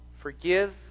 forgive